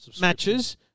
matches